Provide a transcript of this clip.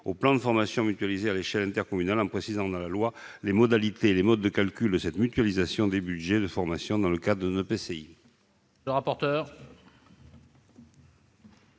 aux plans de formation mutualisés à l'échelle intercommunale, en précisant dans la loi les modalités et les modes de calcul de cette mutualisation des budgets de formation dans le cadre d'un EPCI.